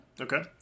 Okay